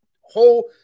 whole